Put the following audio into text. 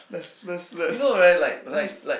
let's let's let's let's